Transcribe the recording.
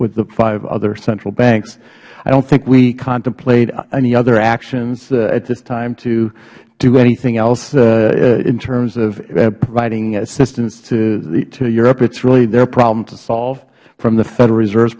the five other central banks i don't think we contemplate any other actions at this time to do anything else in terms of providing assistance to europe it is really their problem to solve from the federal reserve